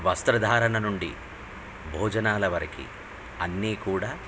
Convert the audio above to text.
వస్త్రధారణ నుండి భోజనాల వరకు అన్నీ కూడా